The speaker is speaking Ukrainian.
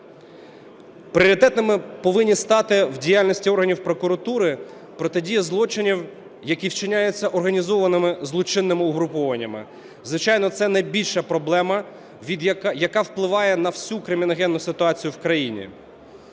Пріоритетом повинна стати в діяльності органів прокуратури протидія злочинам, які вчиняються організованими злочинними угрупуваннями. Звичайно, це найбільша проблема, яка впливає на всю криміногенну ситуацію в країні.